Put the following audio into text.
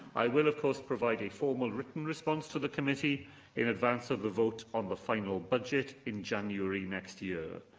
i will, of course, provide a formal written response to the committee in advance of the vote on the final budget in january next year.